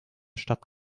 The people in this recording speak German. stadt